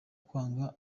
kwanga